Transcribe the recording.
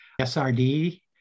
SRD